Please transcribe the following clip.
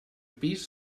pis